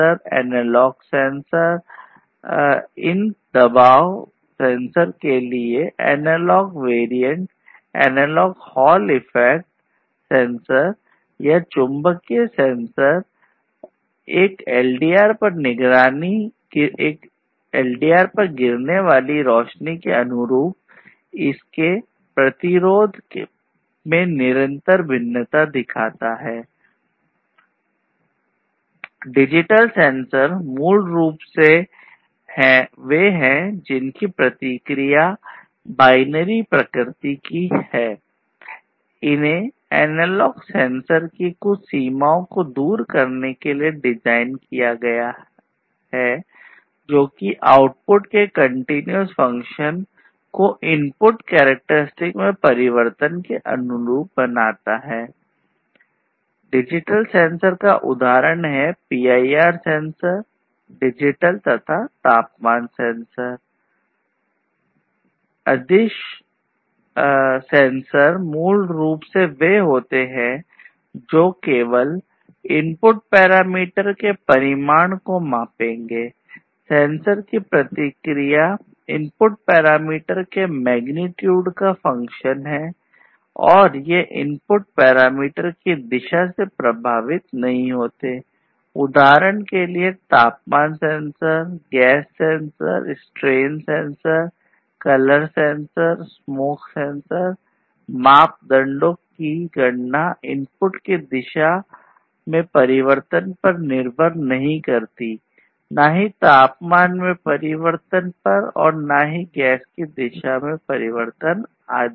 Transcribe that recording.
Scalar sensors are basically the ones which will measure only the magnitude of the input parameter The response of a sensor is a function of the magnitude of the input parameter And these are not affected by the direction of the input parameter Examples are temperature sensor gas sensor strain sensor color sensor smoke sensors The detection of these parameters do not depend on the change in the direction of the input change in the direction of temperature change in the direction of gas etc अदिश की गणना input की दिशा में परिवर्तन पर निर्भर नहीं करती ना ही तापमान में परिवर्तन पर और ना ही गैस की दिशा में परिवर्तन आदि पर